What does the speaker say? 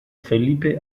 felipe